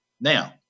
Now